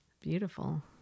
Beautiful